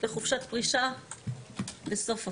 לחופשת פרישה בסוף אפריל.